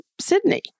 Sydney